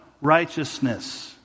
Righteousness